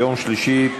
יום שלישי,